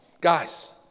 guys